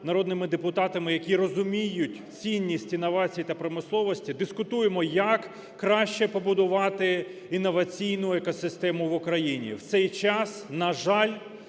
народними депутатами, які розуміють цінність інновацій та промисловості, дискутуємо, як краще побудувати інноваційну екосистему в Україні, – в цей час, на жаль,